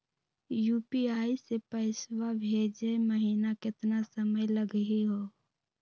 UPI स पैसवा भेजै महिना केतना समय लगही हो?